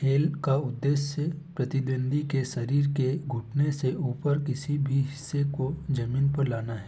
खेल का उदेश्य प्रतिद्वंदी के शरीर के घुटने से ऊपर किसी भी हिस्से को ज़मीन पर लाना है